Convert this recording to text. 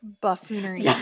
buffoonery